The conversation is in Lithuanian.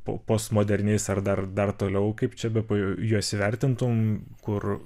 po postmoderniais ar dar dar toliau kaip čia bepaju juos įvertintum kur